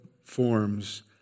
forms